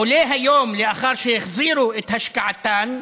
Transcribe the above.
עולה היום, לאחר שהחזירו את השקעתן,